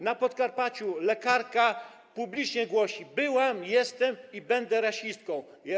Na Podkarpaciu lekarka publicznie głosi: byłam, jestem i będę rasistką.